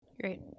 Great